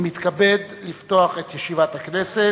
אני מתכבד לפתוח את ישיבת הכנסת,